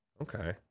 okay